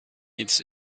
its